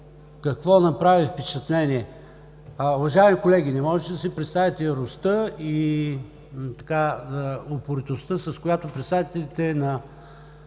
Какво направи впечатление? Уважаеми колеги, не можете да си представите яростта и упоритостта, с която представителите на